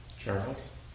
Charles